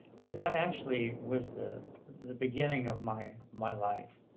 but that actually was the the beginning of my my life.